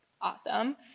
awesome